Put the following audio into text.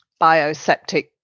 bioseptic